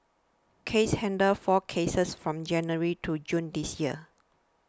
case handled four cases from January to June this year